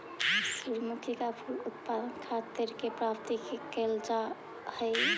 सूर्यमुखी के फूल का उत्पादन खाद्य तेल के प्राप्ति के ला करल जा हई